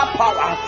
power